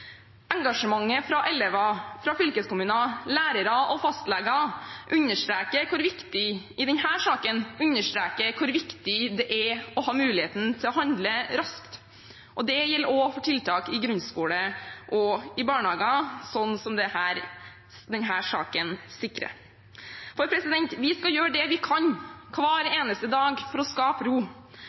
Engasjementet fra elever, fylkeskommuner, lærere og fastleger i denne saken understreker hvor viktig det er å ha mulighet til å handle raskt. Det gjelder også for tiltak i grunnskole og i barnehager, som denne saken sikrer. Vi skal gjøre det vi kan hver eneste dag for å skape ro.